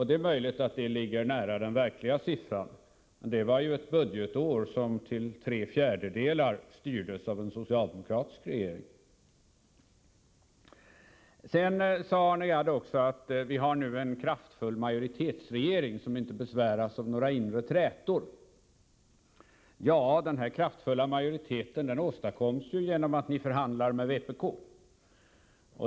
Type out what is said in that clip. Det är möjligt att det beloppet ligger nära den verkliga siffran, men det var ett budgetår som till tre fjärdedelar styrdes av en socialdemokratisk regering. Sedan sade Arne Gadd också att vi nu har en kraftfull majoritetsregering, som inte besväras av några inre trätor. Ja, den kraftfulla majoriteten åstadkoms genom att ni förhandlar med vpk.